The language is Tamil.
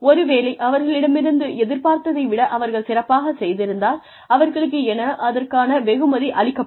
ஒருவேளை அவர்களிடமிருந்து எதிர்பார்த்ததை விட அவர்கள் சிறப்பாகச் செய்திருந்தால் அவர்களுக்கு அதற்கான வெகுமதி அளிக்கப்படும்